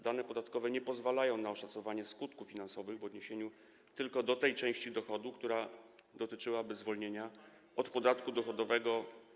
Dane podatkowe nie pozwalają na oszacowanie skutków finansowych w odniesieniu tylko do tej części dochodu, która dotyczyłaby zwolnienia od podatku dochodowego.